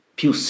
più